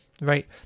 right